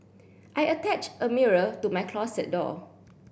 I attached a mirror to my closet door